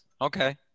Okay